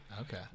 Okay